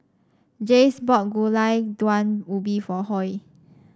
Jase bought Gulai Daun Ubi for Hoy